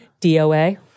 doa